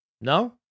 No